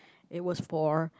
it was for